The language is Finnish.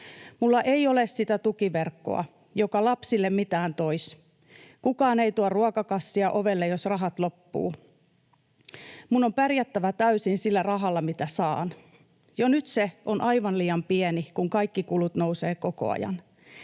Minulla ei ole sitä tukiverkkoa, joka lapsille mitään tois. Kukaan ei tuo ruokakassia ovelle, jos rahat loppuvat. Minun on pärjättävä täysin sillä rahalla, mitä saan. Jo nyt se on aivan liian pieni, kun kaikki kulut nousevat koko ajan.